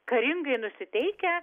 karingai nusiteikę